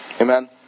Amen